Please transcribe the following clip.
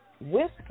whiskey